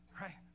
Right